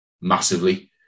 massively